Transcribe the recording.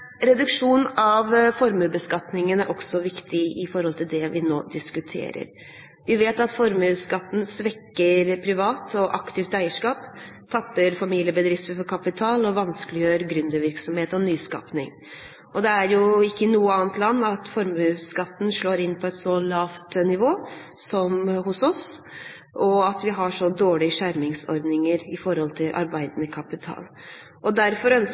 Reduksjon av formuesbeskatningen er også viktig sett i forhold til det vi nå diskuterer. Vi vet at formuesskatten svekker privat og aktivt eierskap, tapper familiebedrifter for kapital og vanskeliggjør gründervirksomhet og nyskaping. Det er ikke noe annet land der formuesskatten slår inn på et så lavt nivå som hos oss, og vi har dårlige skjermingsordninger når det gjelder arbeidende kapital. Derfor ønsker